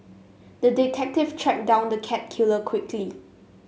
the detective tracked down the cat killer quickly